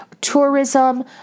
tourism